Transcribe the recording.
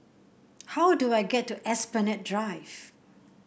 how do I get to Esplanade Drive